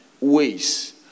ways